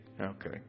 Okay